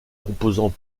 composants